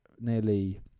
nearly